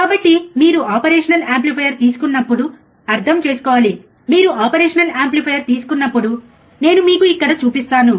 కాబట్టి ఇప్పుడు మీరు ఆపరేషనల్ యాంప్లిఫైయర్ తీసుకున్నప్పుడు అర్థం చేసుకోవాలి మీరు ఆపరేషనల్ యాంప్లిఫైయర్ తీసుకున్నప్పుడు నేను మీకు ఇక్కడ చూపిస్తాను